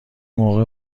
موقع